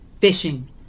fishing